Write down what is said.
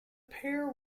pair